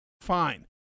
Fine